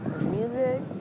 music